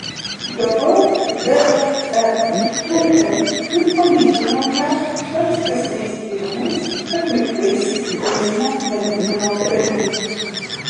gavau dnr iš plaukų ir palyginau ją su ankstesniais tyrimais atliktais teismo medicinos tarnybos